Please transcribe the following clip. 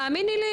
האמיני לי,